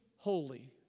Holy